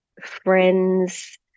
friends